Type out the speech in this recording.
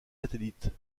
satellites